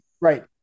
right